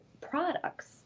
products